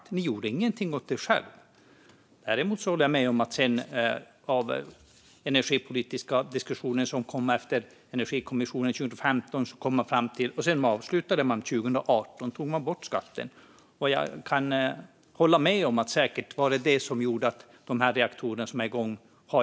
Ni gjorde inget åt den. Jag håller dock med om att man i energipolitiska diskussioner efter Energikommissionen 2015 kom fram till att ta bort skatten 2018. Och jag instämmer i Mats Greens analys av att det säkert var det som gjorde att dagens reaktorer är igång.